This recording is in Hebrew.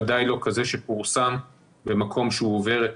ודאי לא כזה שפורסם במקום שהוא עובר את